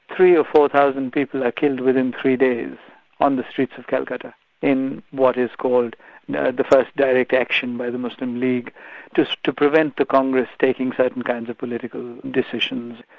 ah four thousand people are killed within three days on the streets of calcutta in what is called the the first direct action by the muslim league to to prevent the congress taking certain kinds of political decisions,